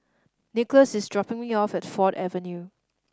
Nicholaus is dropping me off at Ford Avenue